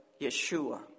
Yeshua